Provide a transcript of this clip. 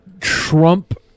Trump